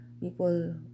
People